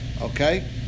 Okay